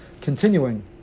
Continuing